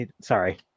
Sorry